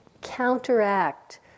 counteract